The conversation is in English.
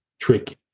tricky